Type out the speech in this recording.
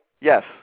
Yes